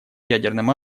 ядерным